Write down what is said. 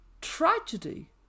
tragedy